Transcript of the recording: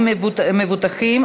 מניעת תשלום כפל ביטוחים),